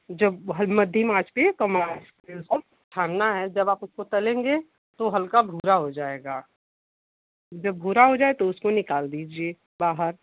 जब बहुत मद्धम आँच पर कम आँच पर छानना है जब आप उसको तलेंगे तब वो हल्का भूरा हो जाएगा जब भूरा हो जाए तो निकाल लीजिए बाहर